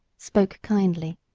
spoke kindly,